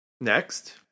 Next